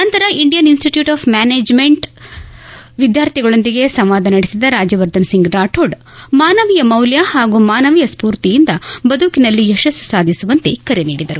ನಂತರ Indian institute of management ವಿದ್ನಾರ್ಥಿಗಳೊಂದಿಗೆ ಸಂವಾದ ನಡೆಸಿದ ರಾಜ್ಯವರ್ಧನ್ ಸಿಂಗ್ ರಾಥೋಡ್ ಮಾನವೀಯ ಮೌಲ್ಯ ಹಾಗು ಮಾನವೀಯ ಸ್ಪೂರ್ತಿಹಿಂದ ಬದುಕಿನಲ್ಲಿ ಯಶಸ್ತು ಸಾಧಿಸುವಂತೆ ಕರೆ ನೀಡಿದರು